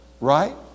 right